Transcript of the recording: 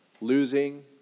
losing